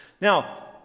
now